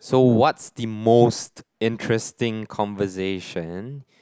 so what's the most interesting conversation